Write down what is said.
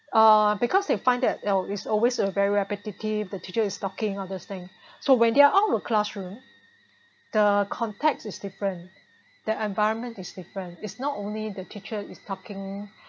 uh because they find that it's a always very repetitive the teacher is talking all this thing so when they're out of classroom the context is different the environment is different is not only the teacher is talking